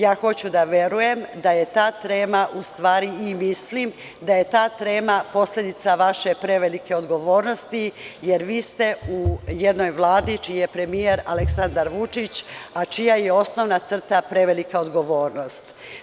Ja hoću da verujem da je ta trema u stvari i mislim da je ta trema posledica vaše prevelike odgovornosti, jer vi ste u jednoj Vladi čiji je premijer Aleksandar Vučić, a čija je osnovna crta prevelika odgovornost.